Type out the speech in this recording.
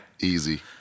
Easy